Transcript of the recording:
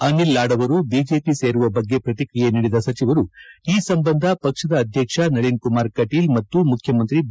ಅನಿಲ್ ಲಾಡ್ ಅವರು ಬಿಜೆಪಿ ಸೇರುವ ಬಗ್ಗೆ ಪ್ರತಿಕ್ರಿಯೆ ನೀಡಿದ ಸಚಿವರು ಈ ಸಂಬಂಧ ಪಕ್ಷದ ಅಧ್ಯಕ್ಷ ನಳಿನ್ ಕುಮಾರ್ ಕಟೀಲ್ ಮತ್ತು ಮುಖ್ಯಮಂತ್ರಿ ಬಿ